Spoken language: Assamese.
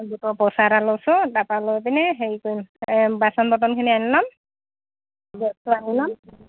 গোটৰ পইচা এটা লৈছোঁ তাৰপা লৈ পিনে হেৰি কৰিম বাচন বৰ্তনখিনি আনি ল'ম গেছটো আনি ল'ম